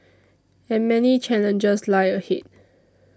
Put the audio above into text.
and many challenges lie ahead